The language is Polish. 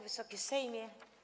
Wysoki Sejmie!